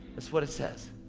that's what it says.